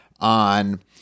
on